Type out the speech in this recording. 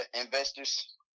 investors